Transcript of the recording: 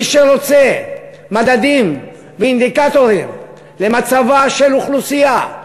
מי שרוצה מדדים ואינדיקטורים למצבה של אוכלוסייה,